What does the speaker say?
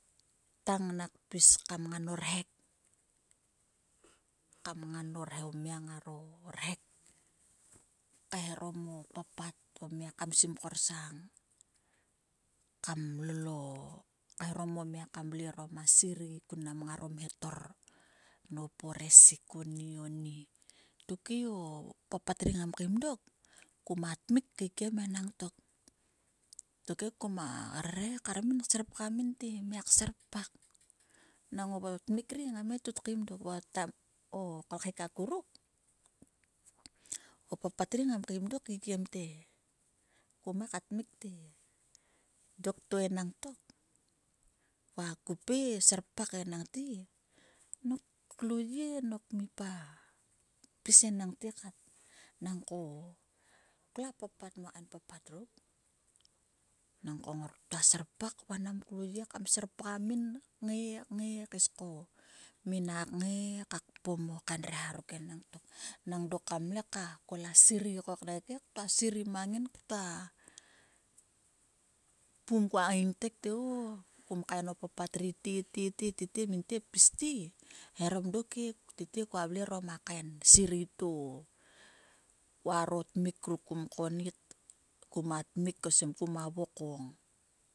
Tang nak kpis kam ngan o rehek, kam ngan o mia ngaro rhek kaeharom o papat o mia kam sim korsang kam lol o kaeharom o mia kam vle orom a serei kun mnam ngaro mhetor nop o resik nop nie onie. Tokhe o papat ruk ngam kaim dok kuma tmik kaikiem enagtok. Tokhe kuma rere kan min kserpgam min te miak serpak nang o timik ri ngam ngai kut kaim dok va o taim ruk o kolkhek akuruk o papat ri ngam kaim dok kaikiemte. Kom ngai ka tmik te dokto enangtok va kop ngai serpak enangte nak klo yie ngipa pis enangte kat. Nangko klua papat mo kain papat ruk. Nangko ngurkktua serpak vanam klo yie kam serpagam min kngai kngai kasiko minak kngai ka kpom o kain reha ruk enangtok nang dok kaim le kol a serei ko knaik he ktua serei he kpum kua ngaingtek te o kumkaen o papat ri te. te. te. te pis te eharom dok he kua vle orom a kain serei to kuaro tmik uk kuma tmik seem kuma vokam ko.